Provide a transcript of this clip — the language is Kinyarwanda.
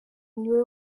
niwe